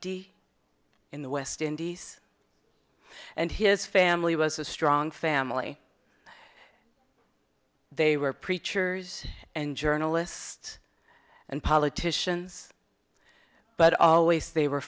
i in the west indies and his family was a strong family they were preachers and journalist and politicians but always they were